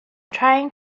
trying